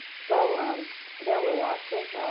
so um there were lots of.